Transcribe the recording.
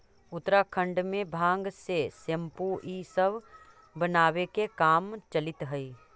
उत्तराखण्ड में भाँग से सेम्पू इ सब बनावे के काम चलित हई